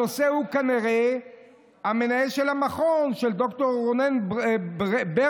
הנושא הוא כנראה המנהל של המכון, ד"ר רונן ברנר.